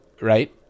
right